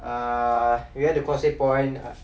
err we went to causeway point